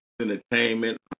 entertainment